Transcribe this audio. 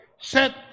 Set